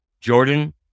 Jordan